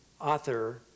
author